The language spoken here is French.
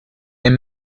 est